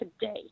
today